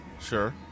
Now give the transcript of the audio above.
Sure